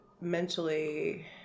mentally